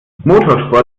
motorsport